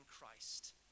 Christ